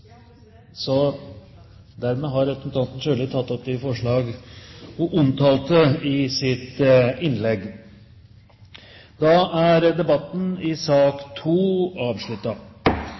Dermed har representanten Sonja Irene Sjøli tatt opp det forslaget hun omtalte i sitt innlegg.